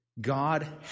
God